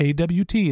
AWT